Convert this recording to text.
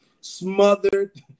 smothered